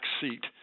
seat